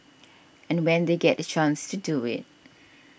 and when they get the chance to do it